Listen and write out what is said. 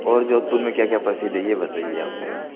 और जोधपुर मे क्या क्या प्रसिद्ध है ये बताइए आप मेरे को